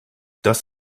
das